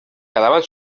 quedaven